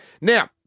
Now